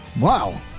Wow